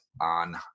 on